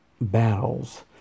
battles